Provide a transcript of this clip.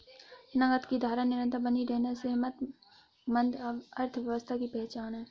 नकद की धारा निरंतर बनी रहना सेहतमंद अर्थव्यवस्था की पहचान है